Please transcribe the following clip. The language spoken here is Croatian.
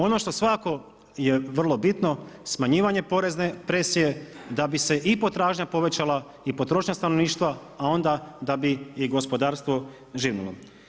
Ono što svakako je vrlo bitno, smanjivanje porezne presije da bi se i potražnja povećala i potrošnja stanovništva, a onda da bi i gospodarstvo živnulo.